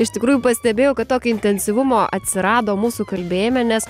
iš tikrųjų pastebėjau kad tokio intensyvumo atsirado mūsų kalbėjime nes